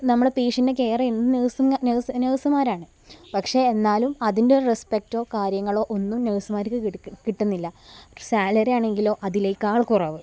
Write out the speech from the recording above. നമ്മുടെ പേഷ്യൻറ്റിനെ കെയർ ചെയ്യുന്നത് നഴ്സുമാരാണ് പക്ഷേ എന്നാലും അതിൻ്റെ ഒരു റെസ്പെക്റ്റോ കാര്യങ്ങളോ ഒന്നും നഴ്സുമാർക്ക് കിട്ടുന്നില്ല സാലറി ആണെങ്കിലോ അതിനേക്കാൾ കുറവ്